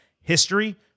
history